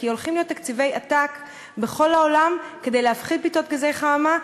כי הולכים לתקציבי עתק בכל העולם כדי להפחית פליטות גזי חממה,